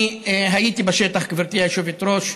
אני הייתי בשטח, גברתי היושבת-ראש,